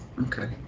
okay